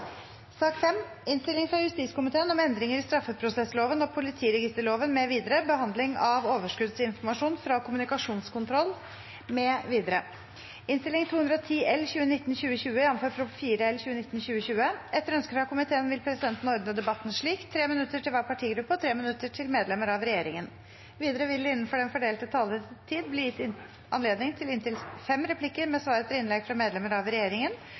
Etter ønske fra justiskomiteen vil presidenten ordne debatten slik: 3 minutter til hver partigruppe og 3 minutter til medlemmer av regjeringen. Videre vil det – innenfor den fordelte taletid – bli gitt anledning til inntil fem replikker med svar etter innlegg fra medlemmer av regjeringen,